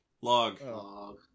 log